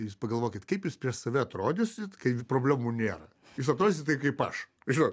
jūs pagalvokit kaip jūs prieš save atrodysit kai problemų nėra jūs atrodysit taip kaip aš žinot